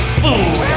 food